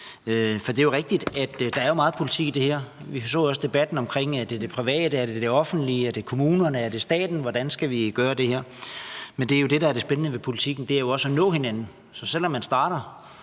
For det er rigtigt, at der jo er meget politik i det her. Vi så debatten omkring, om det er det private, om det er det offentlige, om det er kommunerne, om det er staten: Hvordan skal vi gøre det her? Men det er jo det, der er det spændende ved politikken – det er jo også at nå hinanden. Så selv om man starter